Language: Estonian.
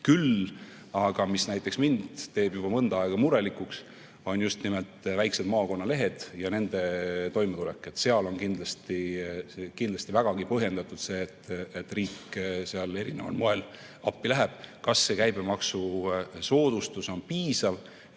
Küll aga näiteks mind teevad juba mõnda aega murelikuks just nimelt väikesed maakonnalehed ja nende toimetulek. Seal on kindlasti vägagi põhjendatud, et riik erineval moel appi läheb. Kas see käibemaksusoodustus on piisav,